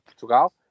portugal